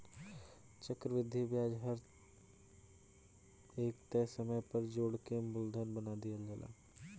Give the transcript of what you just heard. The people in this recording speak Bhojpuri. चक्रविधि ब्याज हर एक तय समय पर जोड़ के मूलधन बना दियाला